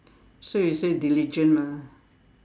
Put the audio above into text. so you say diligent mah